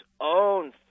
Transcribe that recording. own